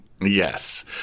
yes